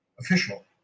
official